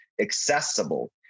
accessible